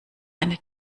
eine